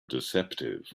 deceptive